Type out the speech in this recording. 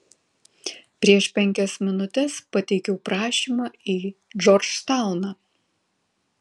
prieš penkias minutes pateikiau prašymą į džordžtauną